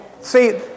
See